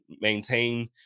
maintain